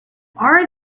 are